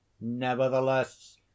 nevertheless